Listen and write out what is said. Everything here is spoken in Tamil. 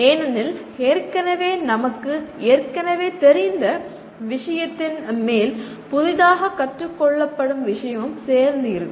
ஏனெனில் ஏற்கனவே நமக்கு ஏற்கனவே தெரிந்த விஷயத்தின் மேல் புதிதாக கற்றுக் கொள்ளப்படும் விஷயமும் சேர்ந்து இருக்கும்